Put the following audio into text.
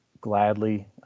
gladly